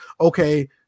okay